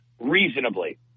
reasonably